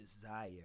desire